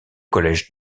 collège